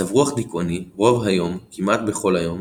מצב רוח דיכאוני רוב היום כמעט בכל יום,